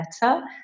better